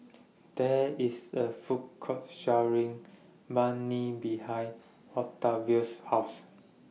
There IS A Food Court sharing Banh MI behind Octavius' House